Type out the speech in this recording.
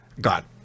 God